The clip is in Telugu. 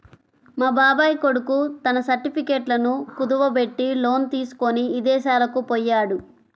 మా బాబాయ్ కొడుకు తన సర్టిఫికెట్లను కుదువబెట్టి లోను తీసుకొని ఇదేశాలకు పొయ్యాడు